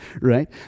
right